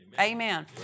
Amen